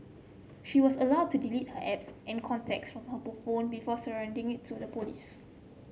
she was allowed to delete her apps and contacts from her phone before surrendering it to the police